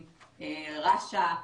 רש"א,